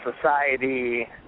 society